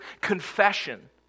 confession